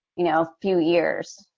you know, few years,